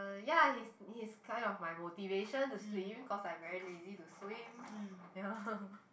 ya he's he's kind of my motivation to swim cause I very lazy to swim ya